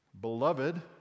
Beloved